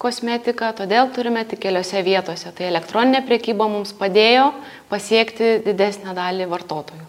kosmetiką todėl turime tik keliose vietose tai elektroninė prekyba mums padėjo pasiekti didesnę dalį vartotojų